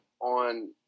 on